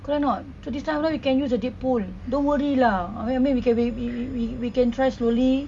correct not so this time round you can use the deep pool don't worry lah maybe can we we we we can try slowly